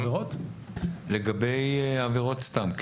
לגבי עבירות סתם.